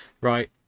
right